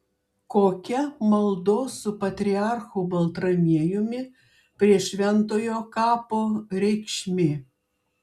kokia maldos su patriarchu baltramiejumi prie šventojo kapo reikšmė